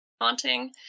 haunting